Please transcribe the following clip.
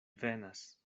venas